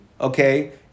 okay